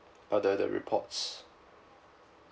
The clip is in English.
uh the the reports